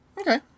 Okay